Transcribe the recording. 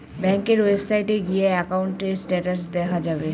ব্যাঙ্কের ওয়েবসাইটে গিয়ে একাউন্টের স্টেটাস দেখা যাবে